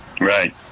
Right